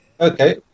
Okay